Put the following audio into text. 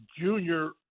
junior